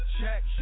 check